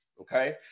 okay